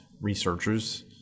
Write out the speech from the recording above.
researchers